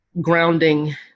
grounding